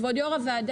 כבוד יו"ר הוועדה.